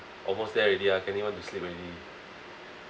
almost there already ah kenny want to sleep already